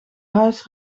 huis